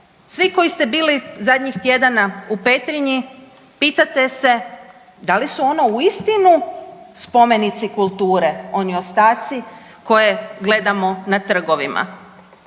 Svi koji ste bili zadnjih tjedana u Petrinji, pitate se da li su ono uistinu spomenici kulturi, oni ostaci koje gledamo na trgovima?